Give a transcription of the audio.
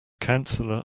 counselor